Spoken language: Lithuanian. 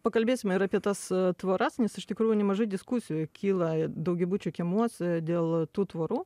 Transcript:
pakalbėsime ir apie tas tvoras nes iš tikrųjų nemažai diskusijų kyla daugiabučių kiemuose dėl tų tvorų